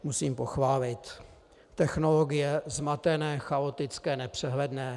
Musím pochválit. Technologie zmatené, chaotické, nepřehledné.